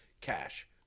cash